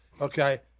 Okay